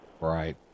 Right